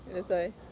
that's why